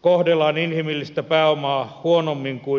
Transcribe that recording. kohdellaan inhimillistä pääomaa huonommin kuin ostettavaa puolustusmateriaalia